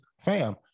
Fam